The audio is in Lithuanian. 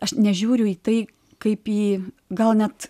aš nežiūriu į tai kaip į gal net